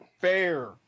Fair